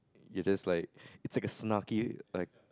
you just like it's like a snarky like